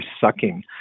sucking